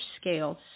scales